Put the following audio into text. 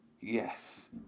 Yes